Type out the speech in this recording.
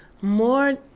more